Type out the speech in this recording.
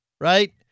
right